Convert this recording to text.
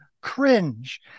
cringe